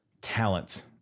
talent